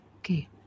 Okay